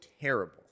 terrible